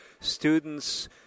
students